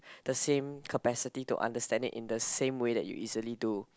the same capacity to understand it in the same way that you easily do